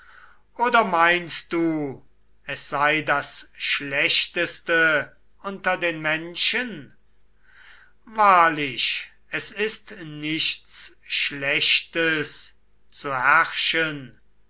oder meinst du es sei das schlechteste unter den menschen wahrlich es ist nichts schlechtes zu herrschen